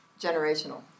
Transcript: generational